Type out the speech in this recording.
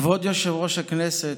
כבוד יושב-ראש הכנסת,